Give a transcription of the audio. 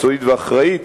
מקצועית ואחראית,